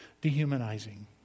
dehumanizing